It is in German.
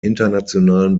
internationalen